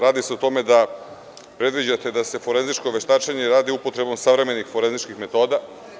Radi se o tome da predviđate da se forenzičko veštačenje radi upotrebom savremenih forenzičkih metoda.